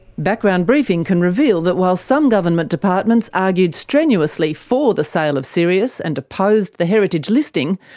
background briefing can reveal that while some government departments argued strenuously for the sale of sirius, and opposed the heritage listing,